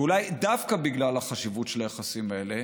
ואולי דווקא בגלל החשיבות של היחסים האלה,